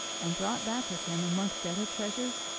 and brought back with him, amongst other treasures,